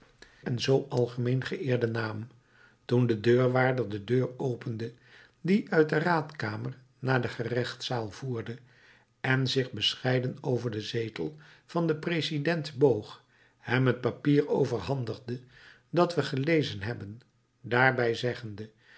en zoo algemeen geëerden naam toen de deurwaarder de deur opende die uit de raadkamer naar de gerechtszaal voerde en zich bescheiden over den zetel van den president boog hem het papier overhandigde dat we gelezen hebben daarbij zeggende